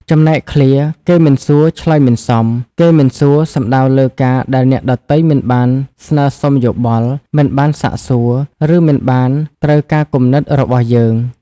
ចំណែកឃ្លា «គេមិនសួរ ឆ្លើយមិនសម» គេមិនសួរ សំដៅលើការដែលអ្នកដទៃមិនបានស្នើសុំយោបល់ មិនបានសាកសួរ ឬមិនបានត្រូវការគំនិតរបស់យើង។